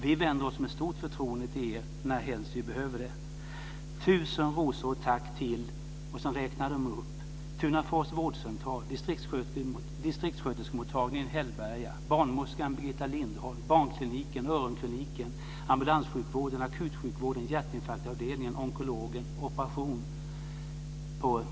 Vi vänder oss med stort förtroende till er närhelst vi behöver det.